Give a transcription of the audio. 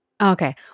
Okay